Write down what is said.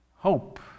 hope